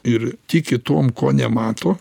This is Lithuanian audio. ir tiki tuom ko nemato